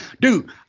dude